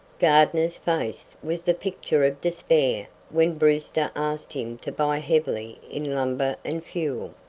gardner's face was the picture of despair when brewster asked him to buy heavily in lumber and fuel.